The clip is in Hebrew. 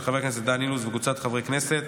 של חבר הכנסת דן אילוז וקבוצת חברי הכנסת.